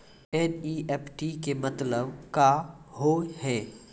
NEFT के मतलब का होव हेय?